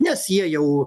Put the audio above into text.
nes jie jau